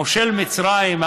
מושל מצרים,